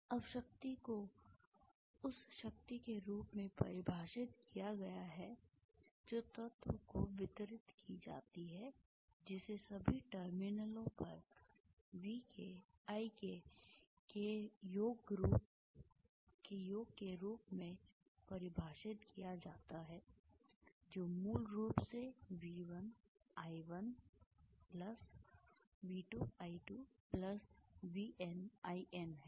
अब शक्ति को उस शक्ति के रूप में परिभाषित किया गया है जो तत्व को वितरित की जाती है जिसे सभी टर्मिनलों पर VKIK के योग के रूप में परिभाषित किया जाता है जो मूल रूप से V1 I1V2 I2VNIN है